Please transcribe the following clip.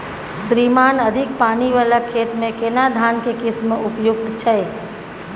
श्रीमान अधिक पानी वाला खेत में केना धान के किस्म उपयुक्त छैय?